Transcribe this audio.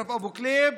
אשרף אבו כליב,